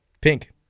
Pink